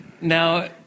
Now